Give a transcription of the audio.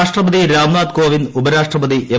രാഷ്ട്രപതി രാംനാഥ് കോവിന്ദ് ഉപരാഷ്ട്രപതി എം